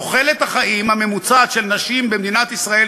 תוחלת החיים הממוצעת של נשים במדינת ישראל,